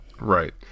Right